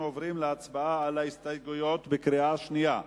אנחנו עוברים להצבעה על ההסתייגויות בקריאה שנייה.